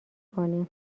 کنیم